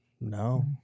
No